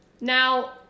Now